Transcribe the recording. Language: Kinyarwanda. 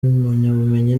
impamyabumenyi